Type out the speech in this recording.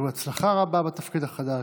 הצלחה רבה בתפקיד החדש.